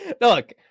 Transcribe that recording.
Look